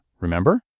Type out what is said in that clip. remember